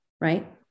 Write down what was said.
right